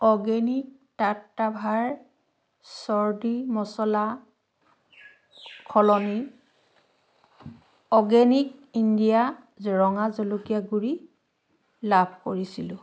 organic টাট্টাভাৰ চৰ্দি মছলাৰ সলনি অৰ্গেনিক ইণ্ডিয়া ৰঙা জলকীয়া গুড়ি লাভ কৰিছিলোঁ